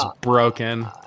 broken